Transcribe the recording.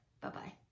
Bye-bye